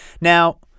Now